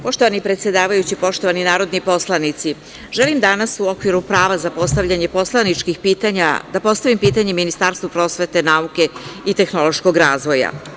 Poštovani predsedavajući, poštovani narodni poslanici, želim danas u okviru prava za postavljanje poslaničkih pitanja da postavim pitanje Ministarstvu prosvete, nauke i tehnološkog razvoja.